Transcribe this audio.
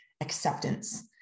acceptance